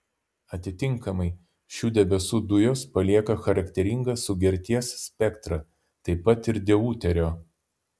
atitinkamai šių debesų dujos palieka charakteringą sugerties spektrą taip pat ir deuterio